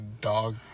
dog